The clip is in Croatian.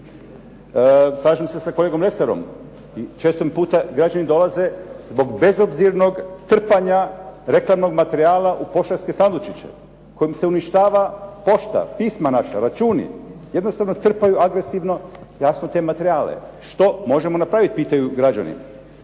Slažem se sa kolegom Lesarom i često mi puta građani dolaze zbog bezobzirnog trpanja reklamnog materijala u poštanske sandučiće kojim se uništava pošta, pisma naša, računi. Jednostavno trpaju agresivno jasno te materijale. Što možemo napraviti, pitaju građani?